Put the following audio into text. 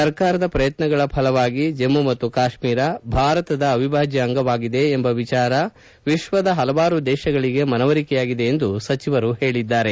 ಸರ್ಕಾರದ ಪ್ರಯತ್ನಗಳ ಫಲವಾಗಿ ಜಮ್ಮ ಮತ್ತು ಕಾಶ್ಮೀರ ಭಾರತದ ಅವಿಭಾಜ್ಯ ಅಂಗವಾಗಿದೆ ಎಂಬ ವಿಚಾರ ವಿಶ್ವದ ಹಲವಾರು ದೇಶಗಳಿಗೆ ಮನವರಿಕೆಯಾಗಿದೆ ಎಂದು ಸಚಿವರು ಹೇಳಿದ್ದಾರೆ